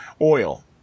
oil